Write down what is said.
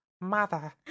mother